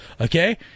Okay